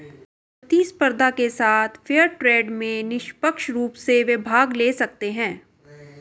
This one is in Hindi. प्रतिस्पर्धा के साथ फेयर ट्रेड में निष्पक्ष रूप से वे भाग ले सकते हैं